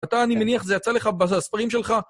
אתה, אני מניח, זה יצא לך בז-ספרים שלך.